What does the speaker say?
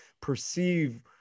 perceive